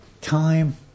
time